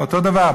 אותו הדבר,